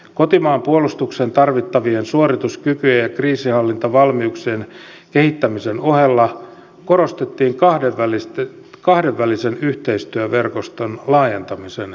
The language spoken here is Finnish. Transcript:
kotimaan puolustukseen tarvittavien suorituskykyjen ja kriisinhallintavalmiuksien kehittämisen ohella korostettiin kahdenvälisen yhteistyöverkoston laajentamisen merkitystä